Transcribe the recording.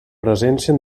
presència